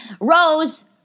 Rose